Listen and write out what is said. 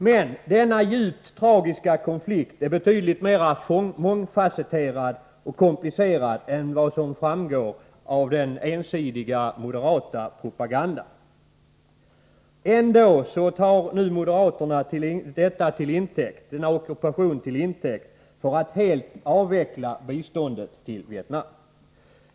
Men denna djupt tragiska konflikt, som är betydligt mer mångfasetterad och komplicerad än vad som framgår av den ensidiga moderata propagandan, tar moderaterna ändå till intäkt för att helt avveckla biståndet till Vietnam.